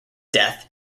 death